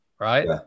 Right